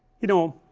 you know,